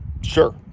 sure